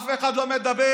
אף אחד לא מדבר.